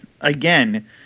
again